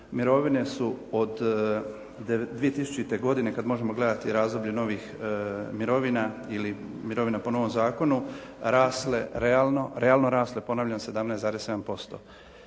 Mirovine su od 2000. godine kad možemo gledati razdoblje novih mirovina ili mirovina po novom zakonu rasle realno, realno rasle ponavljam 17,7%.